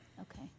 Okay